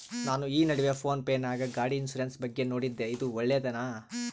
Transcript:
ನಾನು ಈ ನಡುವೆ ಫೋನ್ ಪೇ ನಾಗ ಗಾಡಿ ಇನ್ಸುರೆನ್ಸ್ ಬಗ್ಗೆ ನೋಡಿದ್ದೇ ಇದು ಒಳ್ಳೇದೇನಾ?